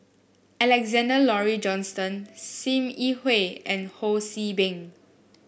Alexander Laurie Johnston Sim Yi Hui and Ho See Beng